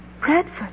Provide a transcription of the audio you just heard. Bradford